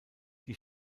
die